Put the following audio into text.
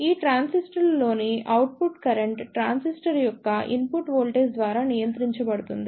ఈ ట్రాన్సిస్టర్లలోని output current transistor యొక్క ఇన్పుట్ వోల్టేజ్ ద్వారా నియంత్రించబడుతుంది